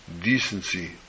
decency